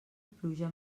pluja